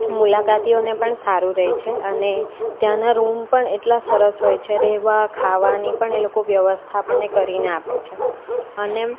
મુલાકાતીઓને પણ સારું રહે છે અને ત્યાંનાં રૂમ પણ એટલા સરસ હોય છે રેવા ખાવાની પણ એ લોકો વ્યવસ્થા આપણને કરીને આપે છે અને